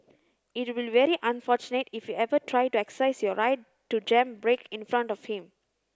it will very unfortunate if you ever try to exercise your right to jam brake in front of him